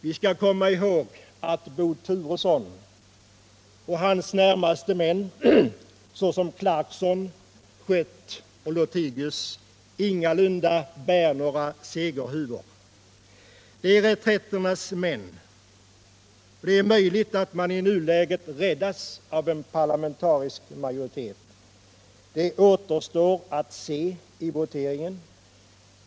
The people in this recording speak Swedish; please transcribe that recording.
Vi skall komma ihåg att Bo Turesson och hans närmaste män — herrar Clarkson, Schött och Lothigius — ingalunda bär några segerhuvor. De är reträtternas män. Det är möjligt att man i nuläget räddas av en parlamentarisk majoritet — det återstår att se i voteringen.